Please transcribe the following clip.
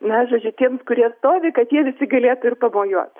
na žodžiu tiems kurie stovi kad jie visi galėtų ir pamojuot